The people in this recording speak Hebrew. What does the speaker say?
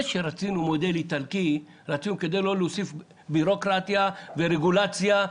רצינו לאמץ את המודל האיטלקי כדי לא להוסיף בירוקרטיה ורגולציה,